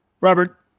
Robert